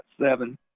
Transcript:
seven